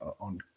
on